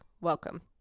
Welcome